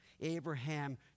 Abraham